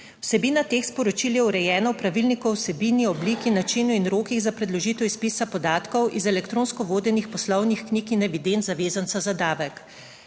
Vsebina teh sporočil je urejena v pravilniku o vsebini, obliki, načinu in rokih za predložitev izpisa podatkov iz elektronsko vodenih poslovnih knjig in evidenc zavezanca za davek.